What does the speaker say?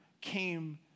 came